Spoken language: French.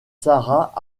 sarah